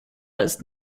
ist